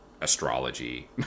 astrology